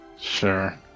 Sure